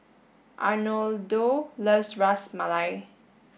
Arnoldo loves Ras Malai